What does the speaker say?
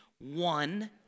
one